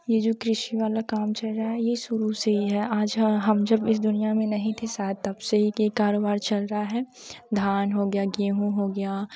ये जो कृषि वाला काम चल रहा है ये शुरू से ही है आज है हम जब इस दुनिया में नहीं थे शायद तब से ही ये कारोबार चल रहा है धान हो गया गेहूँ हो गया